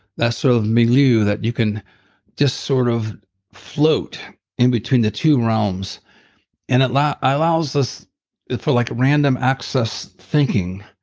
that sort of milieu that you can just sort of float in between the two realms and allows allows us for like a random access thinking.